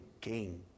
king